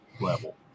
level